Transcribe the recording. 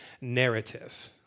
narrative